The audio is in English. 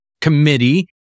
committee